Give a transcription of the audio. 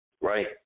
Right